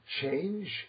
Change